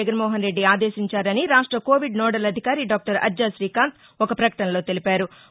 జగన్మోహన్ రెడ్డి ఆదేశించారని రాష్ట COVID nodal అధికారి డాక్లర్ అర్లా శ్రీకాంత్ ఒక ప్రకటనలో తెలిపారు